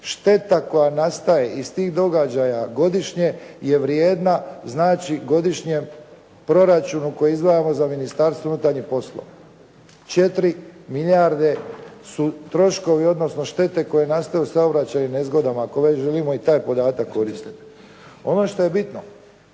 Šteta koja nastaje iz tih događaja godišnje je vrijedna, znači godišnjem proračunu koji izdvajamo za Ministarstvo unutarnjih poslova. 4 milijarde su troškovi odnosno štete koje nastaju u saobraćajnim nezgodama ako već želimo i taj podatak koristiti. Ono što je bitno,